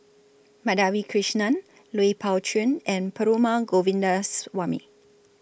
Madhavi Krishnan Lui Pao Chuen and Perumal Govindaswamy